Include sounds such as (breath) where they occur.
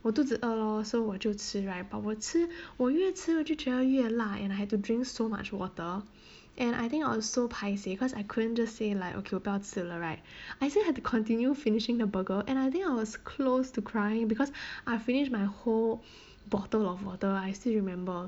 我肚子饿 lor so 我就吃 right but 我吃我越吃我就觉得越辣 and I had to drink so much water and I think I was so paiseh cause I couldn't just say like okay 我不要吃了 right I still had to continue finishing the burger and I think I was close to crying because I finished my whole (breath) bottle of water I still remember